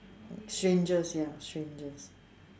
strangest ya strangest